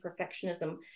perfectionism